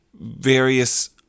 various